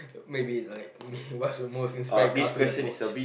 maybe like what's the most inspired cartoon I've watched